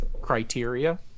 criteria